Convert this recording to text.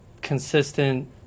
consistent